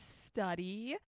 study